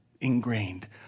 Ingrained